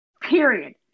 Period